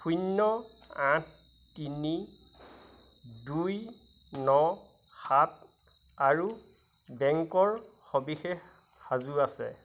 শূন্য আঠ তিনি দুই ন সাত আৰু বেংকৰ সবিশেষ সাজু আছে